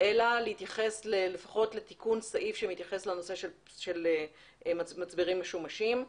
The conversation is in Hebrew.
אלא להתייחס לפחות לתיקון סעיף שמתייחס לנושא של מצברים משומשים.